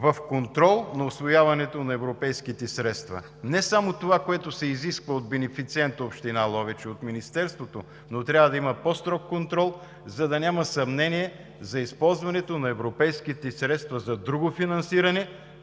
в контрола на усвояването на европейските средства. Не само това, което се изисква от бенефициента – Община Ловеч, и от Министерството, но трябва да има по-строг контрол, за да няма съмнение за използването на европейските средства за друго финансиране,